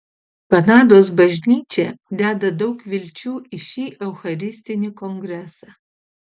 kanados bažnyčia deda daug vilčių į šį eucharistinį kongresą